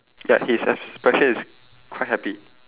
ya his expression is quite happy